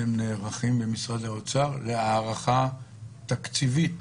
אתם נערכים במשרד האוצר להערכה תקציבית